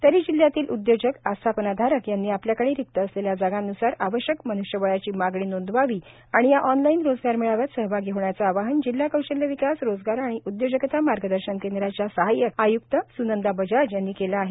तरी जिल्ह्यातील उद्योजक आस्थापनाधारक यांनी आपल्याकडे रिक्त असलेल्या जागांन्सार आवश्यक मन्ष्यबळाची मागणी नोंदवावी आणि या ऑनलाईन रोजगार मेळाव्यात सहभागी होण्याचं आवाहन जिल्हा कौशल्य विकास रोजगार आणि उद्योजकता मार्गदर्शन केंद्राच्या सहाय्यक आय्क्त स्नंदा बजाज यांनी केलं आहे